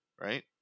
right